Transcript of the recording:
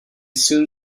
soon